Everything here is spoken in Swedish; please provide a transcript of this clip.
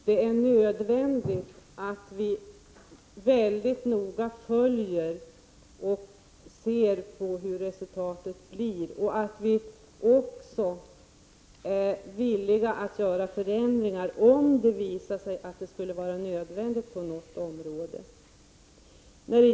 Det är nödvändigt att vi noga följer utvecklingen och ser vad resultatet blir och är villiga att göra förändringar om det visar sig att det skulle behövas på något område.